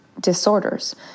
disorders